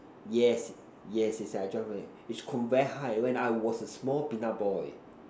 yes yes is I jump from it is from very high when I was a small peanut boy